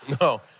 No